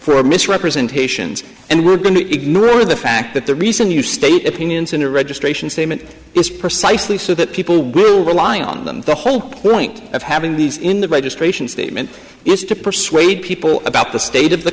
for misrepresentations and we're going to ignore the fact that the reason you state opinions in your registration statement is precisely so that people will rely on them the whole point of having these in the registration statement is to persuade people about the state of the